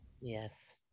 Yes